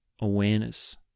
awareness